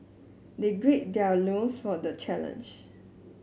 they grade their loins for the challenge